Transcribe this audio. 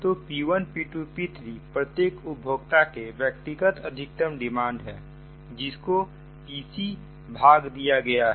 तो P1 P2 P3 प्रत्येक उपभोक्ता के व्यक्तिगत अधिकतम डिमांड हैजिसको Pc भाग दिया गया है